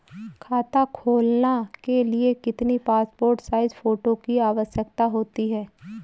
खाता खोलना के लिए कितनी पासपोर्ट साइज फोटो की आवश्यकता होती है?